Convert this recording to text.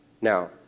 Now